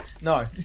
No